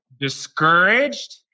Discouraged